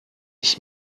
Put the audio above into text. ich